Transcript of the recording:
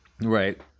Right